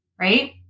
right